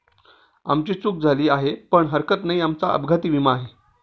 आमची चूक झाली आहे पण हरकत नाही, आमचा अपघाती विमा आहे